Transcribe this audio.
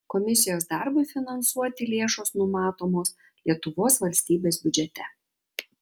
komisijos darbui finansuoti lėšos numatomos lietuvos valstybės biudžete